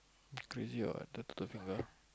crazy or what tie to the finger